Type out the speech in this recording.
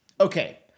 Okay